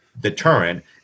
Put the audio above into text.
deterrent